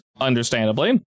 understandably